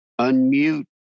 unmute